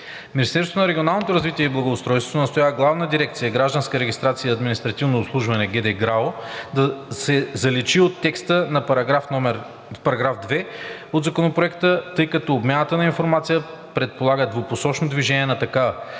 Министерството на регионалното развитие и благоустройството настоява Главна дирекция „Гражданска регистрация и административно обслужване“ да се заличи от текста на § 2 от Законопроекта, тъй като обмяната на информация предполага двупосочно движение на такава.